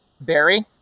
Barry